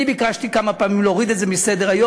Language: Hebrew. אני ביקשתי כמה פעמים להוריד את זה מסדר-היום,